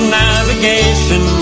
navigation